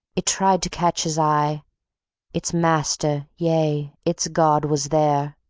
it tried to catch his eye its master, yea, its god was there.